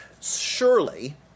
surely